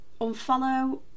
unfollow